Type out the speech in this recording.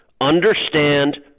Understand